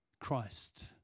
christ